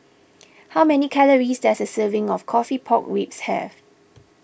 how many calories does a serving of Coffee Pork Ribs have